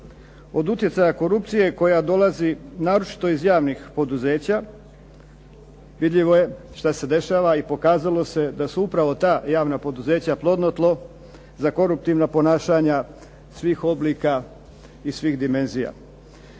od utjecaja korupcije koja dolazi naročito iz javnih poduzeća. Vidljivo je što se dešava i pokazalo se da su upravo ta javna poduzeća plodno tlo za koruptivnih ponašanja svih oblika i svih dimenzija.